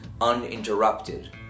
uninterrupted